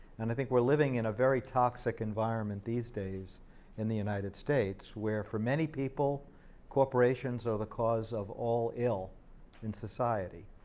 and i think we're living in a very toxic environment these days in the united states where for many people corporations are the cause of all ill in society,